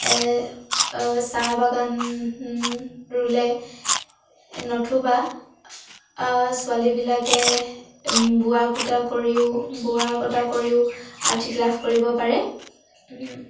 চাহ বাগান ৰুলে নতুবা ছোৱালীবিলাকে বোৱা কটা কৰিও বোৱা কটা কৰিও আৰ্থিক লাভ কৰিব পাৰে